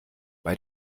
bei